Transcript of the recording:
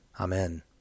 Amen